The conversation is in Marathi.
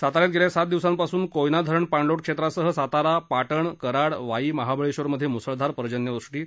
सविज्ञात गेल्या सात दिवसांपासून कोयना धरण पाणलोट क्षेत्रासह सातारा पाटण कराड वाई महाबळेश्वर मध्ये मुसळधार पर्जन्यवृष्टी सुरु आहे